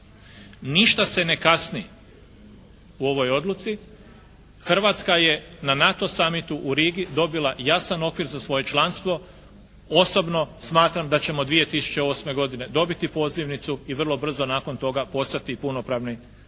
ništa se ne kasni u ovoj odluci. Hrvatska je na NATO summitu u Rigi dobila jasan okvir za svoje članstvo. Osobno smatram da ćemo 2008. godine dobiti pozivnicu i vrlo brzo nakon toga postati punopravne članice